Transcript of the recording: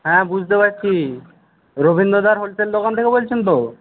হ্যাঁ বুঝতে পারছি রবীন্দ্রদার হোলসেল দোকান থেকে বলছেন তো